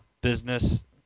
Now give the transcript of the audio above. business